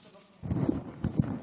אדבר טיפה,